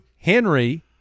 Henry